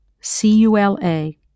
C-U-L-A